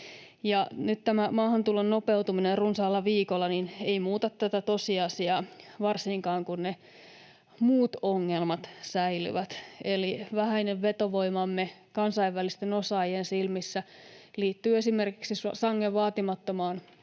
Nyt tämä maahantulon nopeutuminen runsaalla viikolla ei muuta tätä tosiasiaa, varsinkaan kun ne muut ongelmat säilyvät, eli vähäinen vetovoimamme kansainvälisten osaajien silmissä liittyy esimerkiksi sangen vaatimattomaan